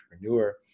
entrepreneur